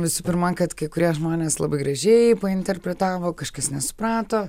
visų pirma kad kai kurie žmonės labai gražiai painterpretavo kažkas nesuprato